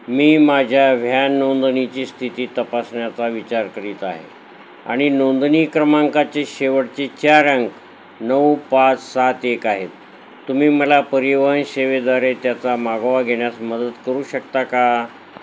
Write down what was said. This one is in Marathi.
मी माझ्या व्ह्यान नोंदणीची स्थिती तपासण्याचा विचार करीत आहे आणि नोंदणी क्रमांकाचे शेवटचे चार अंक नऊ पाच सात एक आहेत तुम्ही मला परिवहन सेवेद्वारे त्याचा मागोवा घेण्यास मदत करू शकता का